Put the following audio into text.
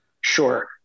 Sure